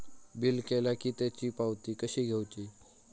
Bill केला की त्याची पावती कशी घेऊची?